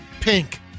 Pink